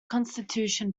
constitution